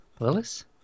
Willis